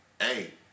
Hey